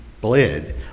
bled